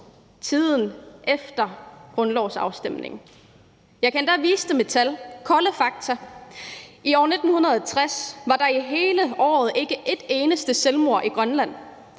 tiden efter grundlovsafstemningen. Jeg kan endda vise det med tal, kolde fakta. I 1960 var der i hele året ikke et eneste selvmord i Grønland,